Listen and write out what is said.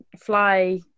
fly